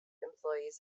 employees